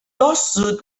lawsuit